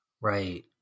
Right